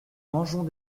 mangeons